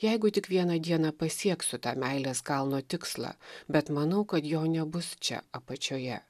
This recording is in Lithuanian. jeigu tik vieną dieną pasieksiu tą meilės kalno tikslą bet manau kad jo nebus čia apačioje